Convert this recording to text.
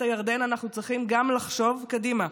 הירדן אנחנו צריכים גם לחשוב קדימה,